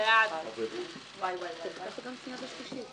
הצבעה בעד ההצעה 8